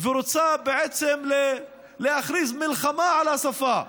ורוצה בעצם להכריז מלחמה על השפה,